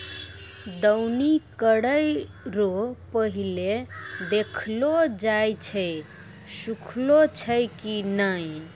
दौनी करै रो पहिले देखलो जाय छै सुखलो छै की नै